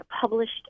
published